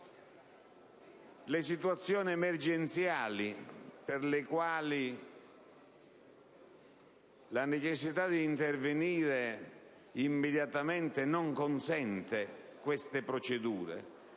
le situazioni emergenziali, per le quali la necessità di intervenire immediatamente non consente di attenersi